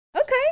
Okay